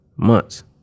months